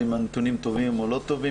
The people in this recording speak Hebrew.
אם הנתונים טובים או לא טובים.